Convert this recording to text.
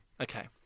okay